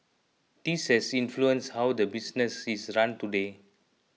this has influenced how the business is run today